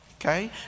Okay